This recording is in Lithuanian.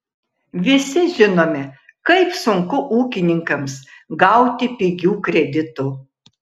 visi žinome kaip sunku ūkininkams gauti pigių kreditų